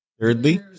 Thirdly